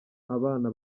abana